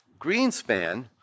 Greenspan